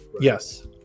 Yes